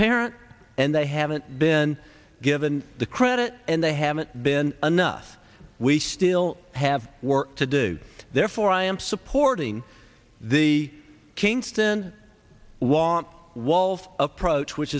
parent and they haven't been given the credit and they haven't been enough we still have work to do therefore i am supporting the kingston long wall approach which